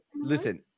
Listen